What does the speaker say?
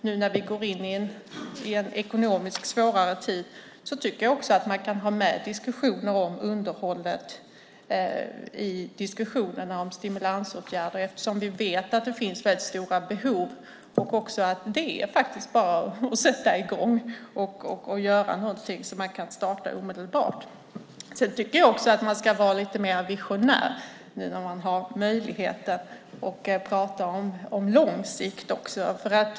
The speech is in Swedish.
Nu när vi går in i en ekonomiskt svårare tid tycker jag också att man kan ha med underhållet i diskussionerna om stimulansåtgärder. Vi vet att det finns väldigt stora behov, och det är faktiskt bara att sätta i gång och göra någonting så att man kan starta omedelbart. Sedan tycker jag också att man ska vara lite mer visionär nu när man har möjlighet att prata långsiktigt också.